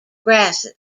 grasses